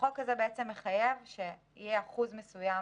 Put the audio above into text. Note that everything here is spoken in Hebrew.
החוק הזה מחייב שיהיה אחוז מסוים